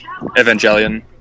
Evangelion